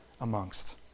amongst